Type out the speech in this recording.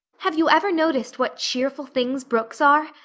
have you ever noticed what cheerful things brooks are?